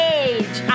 age